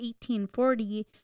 1840